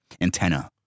antenna